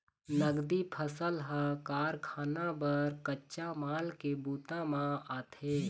नगदी फसल ह कारखाना बर कच्चा माल के बूता म आथे